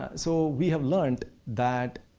so, we have learned that